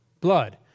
blood